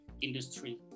industry